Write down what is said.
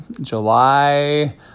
July